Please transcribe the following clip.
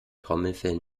trommelfell